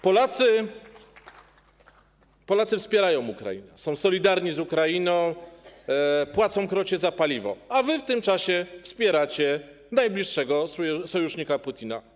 Polacy wspierają Ukrainę, są solidarni z Ukrainą, płacą krocie za paliwo, a wy w tym czasie wspieracie najbliższego sojusznika Putina.